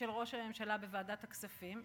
של ראש הממשלה בוועדת הכספים,